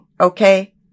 okay